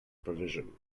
provision